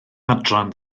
adran